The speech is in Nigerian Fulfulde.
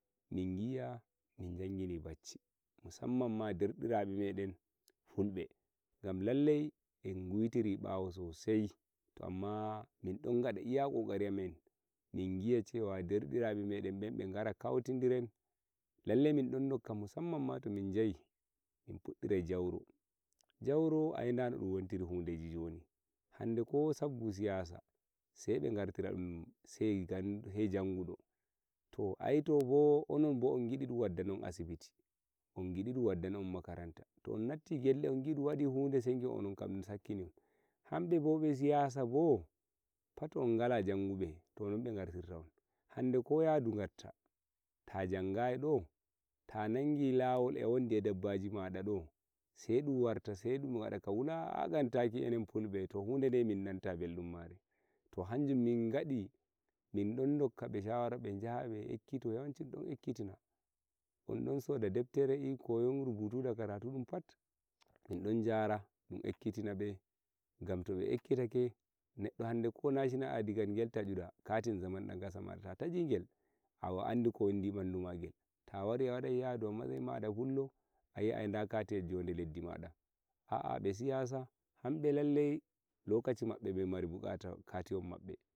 min giya min jangini bacci musammanma dembirameben fulbe gam lallai en guitiri bawo sosai to amma min don gada iya kokariamin mingiya cewa derbirabemeden me gara kawtediren lalla min don dokka musamman ma to min jehi min puddirai jauro jauro da nodumwontirifu hudeji joni hande ko sabga siyasa sai be gartira dum sai jangudo to ai to bo odon bo in gidu dum wadda noon asibiti un gidi dum wadda nodon makaranta to onnatiti gelle un gi'i dunwadi hode sai giion ononkam dun sakkinion hambe bo be siyasa bo pat ongala jangube to non be gartitaon hande ko yadu gatta ta jangayi do ta naggi lawol e wondi eh dabbajima sai dum warta sai dum wada ka wulakantaki fulbe to hude de mi natta beldunmare hanjum min gadi min don dokkabe shawara ba jaha be ekkita yawancidun don ekkitina dun don soda debtere koyon rubutu da karatu dun pat min don jara dun ekkitinabe gam to be ekkitake hadde denno ko nashinal aidikat gel tachuda katin zabe dankasama ta tachigel akandi kowani mandumagel awari awadai yadu eh mashyima sai gia na katiyel jode leddimada aa me shiyasa hamme lallai lokaci mabbe be mari bukata katihommabe